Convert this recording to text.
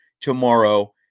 tomorrow